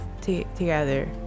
together